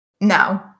No